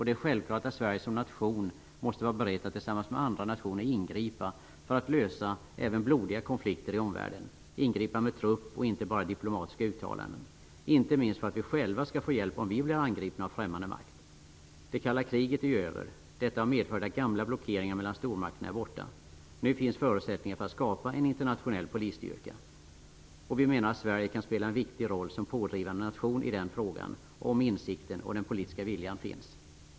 Det är självklart att Sverige som nation måste vara berett att tillsammans med andra nationer ingripa för att lösa även blodiga konflikter i omvärlden och ingripa med trupp, inte bara med diplomatiska uttalanden -- inte minst för att vi själva skall få hjälp om vi blir angripna av främmande makt. Det kalla kriget är över. Detta har medfört att gamla blockeringar mellan stormakterna är borta. Nu finns det förutsättningar för att skapa en internationell polisstyrka. Vi menar att Sverige kan spela en viktig roll som pådrivande nation i den frågan, om insikten och den politiska viljan finns.